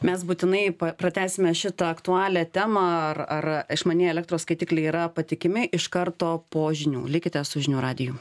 mes būtinai pratęsime šitą aktualią temą ar ar išmanieji elektros skaitikliai yra patikimi iš karto po žinių likite su žinių radiju